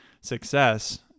success